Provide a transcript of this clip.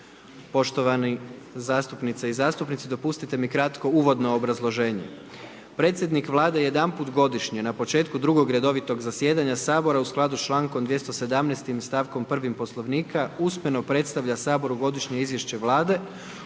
Poštovani zastupnice i zastupnici, dopustite mi kratko uvodno obrazloženje. Predsjednik Vlade jedanput godišnje, na početku drugog redovitog zasjedanja Sabora u skladu s člankom 217. stavkom 1. Poslovnika, usmeno predstavlja Saboru Godišnje izvješće Vlade